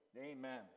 Amen